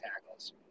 tackles